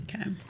Okay